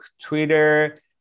Twitter